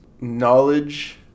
knowledge